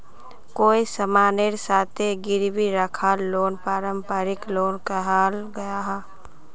कोए सामानेर साथे गिरवी राखाल लोन पारंपरिक लोन कहाल गयाहा